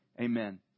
Amen